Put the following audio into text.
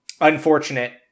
unfortunate